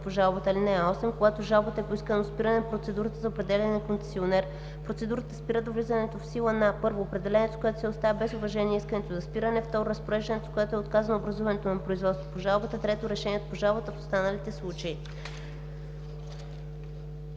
по жалбата. (8) Когато с жалбата е поискано спиране на процедурата за определяне на концесионер, процедурата спира до влизане в сила на: 1. определението, с което се оставя без уважение искането за спиране; 2. разпореждането, с което е отказано образуване на производство по жалбата; 3. решението по жалбата – в останалите случаи.“